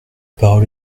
parole